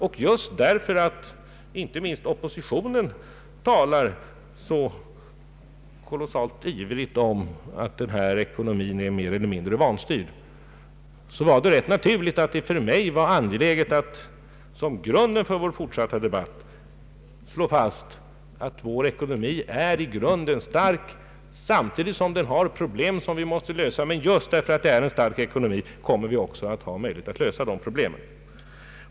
Inte minst därför att oppositionen talar så ivrigt om att vår ekonomi är mer eller mindre vanstyrd, var det helt naturligt för mig angeläget att såsom grund för vår fortsatta debatt slå fast att vår ekonomi i grunden är stark samtidigt som den har problem som vi måste lösa. Men just därför att vi har en stark ekonomi, kommer vi också att ha möjlighet att lösa problemen.